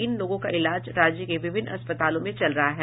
इन लोगों का इलाज राज्य के विभिन्न अस्पतालों में चल रहा है